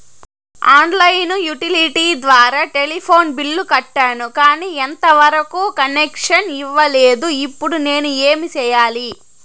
On line utility ద్వారా telephone bill కట్టాను, కానీ ఎంత వరకు కనెక్షన్ ఇవ్వలేదు, ఇప్పుడు నేను ఏమి సెయ్యాలి?